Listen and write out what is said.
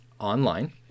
online